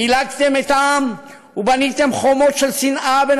פילגתם את העם ובניתם חומות של שנאה בין